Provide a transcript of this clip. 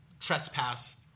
trespass